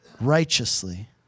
righteously